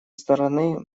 стороны